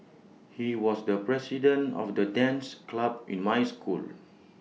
he was the president of the dance club in my school